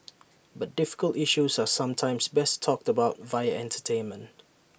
but difficult issues are sometimes best talked about via entertainment